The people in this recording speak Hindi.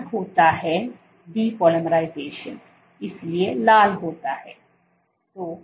लाल होता है डीपोलाइराइज़ेशन इसलिए लाल होता है